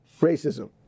racism